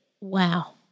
Wow